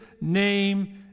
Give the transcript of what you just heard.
name